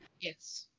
Yes